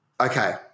Okay